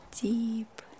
deep